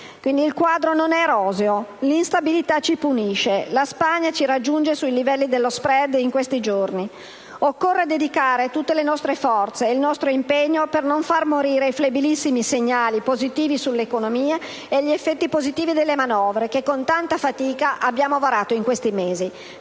Il quadro non è roseo. L'instabilità ci punisce; la Spagna ci raggiunge sui livelli dello *spread* in questi giorni. Occorre dedicare tutte le nostre forze e il nostro impegno ad un'azione volta ad evitare la morte dei flebilissimi segnali positivi provenienti dall'economia e degli effetti positivi delle manovre che con tanta fatica abbiamo varato in questi mesi.